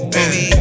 Baby